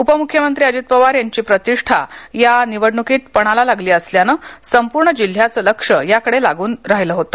उपमुख्यमंत्री अजित पवार यांची प्रतिष्ठा या निवडणुकीत पणाला लागली असल्यानं संपूर्ण जिल्ह्याचं लक्ष याकडे लागून राहिलेलं आहे